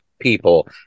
people